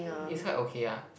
is quite okay ah